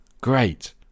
Great